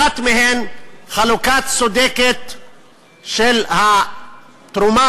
אחת מהן: חלוקה צודקת של התרומה